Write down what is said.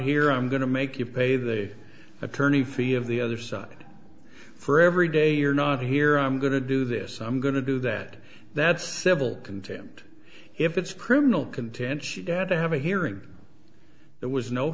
here i'm going to make you pay the attorney fee of the other side for every day you're not here i'm going to do this i'm going to do that that's civil contempt if it's criminal content she had to have a hearing there was no